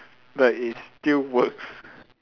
but it still works